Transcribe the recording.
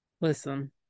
listen